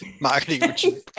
marketing